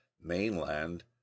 mainland